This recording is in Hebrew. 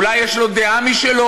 אולי יש לו דעה משלו.